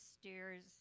stairs